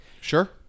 Sure